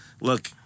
look